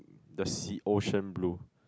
the sea ocean blue